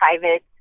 private